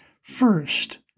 first